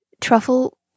Truffle